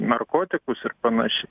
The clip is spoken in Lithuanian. narkotikus ir panašiai